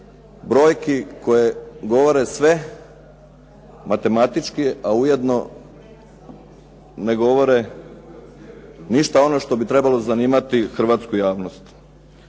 brojki koje govore sve matematički a u jedno ne govore ništa ono što bi trebalo zanimati hrvatsku javnost.